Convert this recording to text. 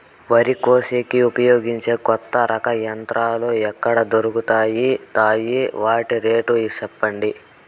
వరి కోసేకి ఉపయోగించే కొత్త రకం యంత్రాలు ఎక్కడ దొరుకుతాయి తాయి? వాటి రేట్లు చెప్పండి?